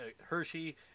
Hershey